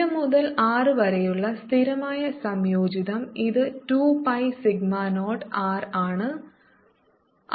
0 മുതൽ r വരെയുള്ള സ്ഥിരമായ സംയോജിതo ഇത് 2 പൈ സിഗ്മ0 R ആണ്